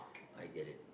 I get it